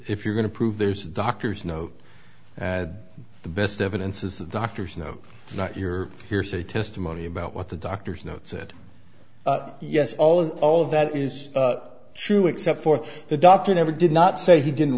if you're going to prove there's a doctor's note the best evidence is that doctors know not your hearsay testimony about what the doctor's note said yes all of all of that is true except for the doctor never did not say he didn't